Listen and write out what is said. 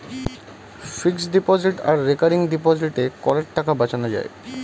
fixed deposit আর recurring ডিপোজিটে করের টাকা বাঁচানো যায়